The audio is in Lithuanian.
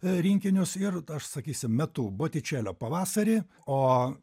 rinkinius ir aš sakysim metu botičelio pavasarį o